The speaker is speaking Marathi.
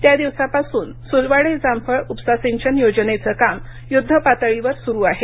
त्या दिवसापासून सुलवाडे जामफळ उपसा सिंचन योजनेचे काम युद्धपातळीवर सुरू आहे